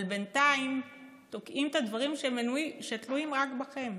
אבל בינתיים תוקעים את הדברים שתלויים רק בכם,